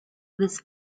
this